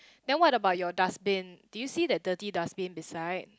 then what about your dustbin do you see that dirty dustbin beside